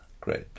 great